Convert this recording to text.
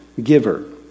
giver